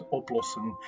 oplossen